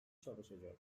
çalışacak